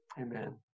Amen